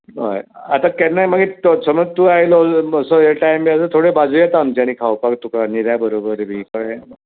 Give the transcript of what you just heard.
हय आतां केन्नाय मागीर समज तूं आयलो असो ये टायम मेळ्ळो थोड्यो भाजू येतात आमी खावपाक तुका निऱ्या बरोबर बी कळ्ळें